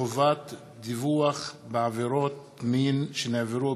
וחובת דיווח בעבירות מין שנעברו